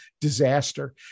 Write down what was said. disaster